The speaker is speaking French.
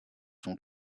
son